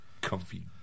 comfy